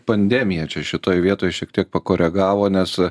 pandemija čia šitoj vietoj šiek tiek pakoregavo nes